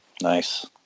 Nice